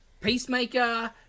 Peacemaker